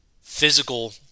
physical